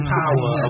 power